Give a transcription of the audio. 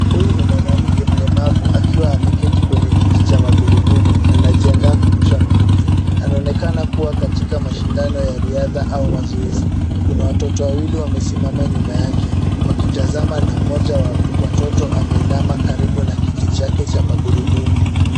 Huyu ni mwanamke mlemavu akiwa ameketi kwenye kiti cha magurudumu. Anajiandaa kurusha mkuki. Anaonekana kuwa katika mashindano ya riadha au mazoezi. Kuna watoto wawili wamesimama yake wakitazama na mmoja wa watoto ameinama karibu na kiti chake cha magurudumu.